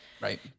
right